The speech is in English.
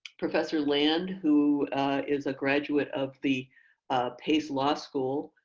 professor land, who is a graduate of the pace law school